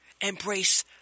Embrace